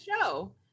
show